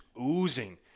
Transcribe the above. oozing